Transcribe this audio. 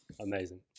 amazing